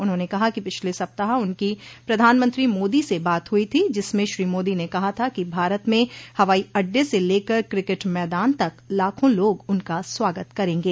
उन्होंने कहा कि पिछले सप्ताह उनकी प्रधानमंत्री मोदी से बात हुई थी जिसमें श्री मोदी ने कहा था कि भारत में हवाई अड्डे से लेकर क्रिकेट मैदान तक लाखों लोग उनका स्वागत करेंगे